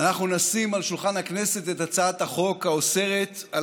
אנחנו נשים על שולחן הכנסת את הצעת החוק האוסרת על